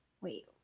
Wait